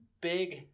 big